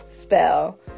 spell